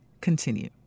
continue